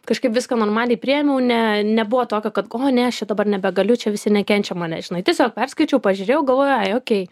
kažkaip viską normaliai priėmiau ne nebuvo tokio kad o ne aš čia dabar nebegaliu čia visi nekenčia mane žinai tiesiog perskaičiau pažiūrėjau galvojo ai okei